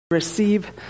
Receive